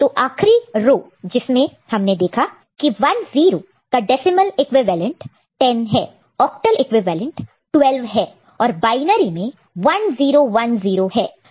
तो आखरी रो जिसमें हमने देखा की 10 का डेसिमल इक्विवेलेंट 10 है ऑक्टल इक्विवेलेंट 12 है और बायनरी में 1010 है